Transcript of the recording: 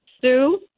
Sue